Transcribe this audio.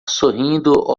sorrindo